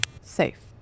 Safe